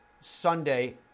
Sunday